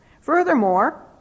Furthermore